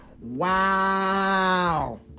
Wow